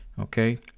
Okay